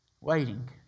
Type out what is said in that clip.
Waiting